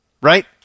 right